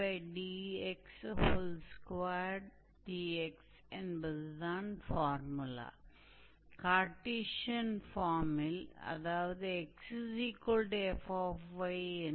तो आइए हम कुछ उदाहरणों पर काम करते हैं एक नए पेज पर जाते हैं